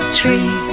tree